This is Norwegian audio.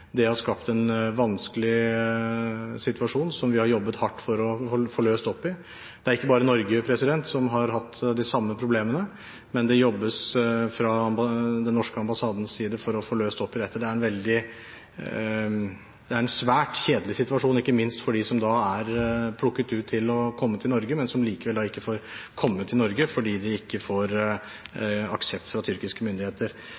jobbet hardt med for å få løst opp i. Det er ikke bare Norge som har hatt disse problemene, men det jobbes fra den norske ambassadens side for å få løst opp i dette. Det er en svært kjedelig situasjon, ikke minst for dem som er plukket ut til å komme til Norge, men som likevel ikke får komme til Norge fordi de ikke får aksept fra tyrkiske myndigheter.